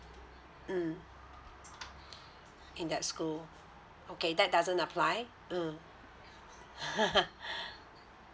mm in that school okay that doesn't apply mm